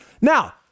Now